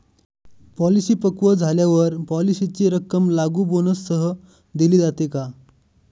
Policy पक्व झाल्यावर पॉलिसीची रक्कम लागू बोनससह दिली जाते का?